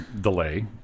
delay